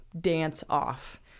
dance-off